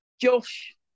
Josh